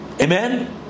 Amen